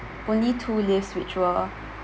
only two lifts which were